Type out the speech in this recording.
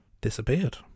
disappeared